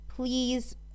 Please